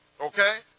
Okay